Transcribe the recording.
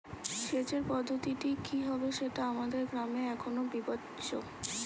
সেচের পদ্ধতিটি কি হবে সেটা আমাদের গ্রামে এখনো বিবেচ্য